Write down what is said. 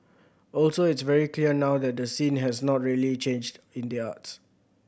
also it's very clear now that the scene has not really changed in the arts